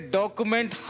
document